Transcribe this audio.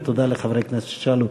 ותודה לחברי הכנסת ששאלו.